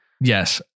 Yes